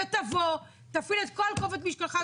תבוא תפעיל את כל כובד משקלך,